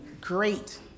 great